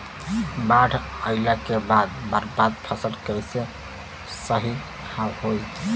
बाढ़ आइला के बाद बर्बाद फसल कैसे सही होयी?